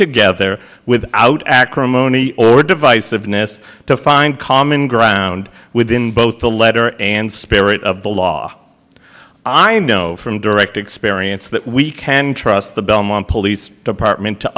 together without acrimony or divisiveness to find common ground within both the letter and spirit of the law i know from direct experience that we can trust the belmont police department to